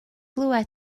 glywed